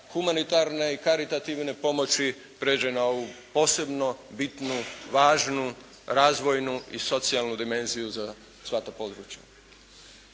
humanitarne i karitativne pomoći prijeđe na ovu posebno bitnu, važnu, razvojnu i socijalnu dimenziju za sva ta područja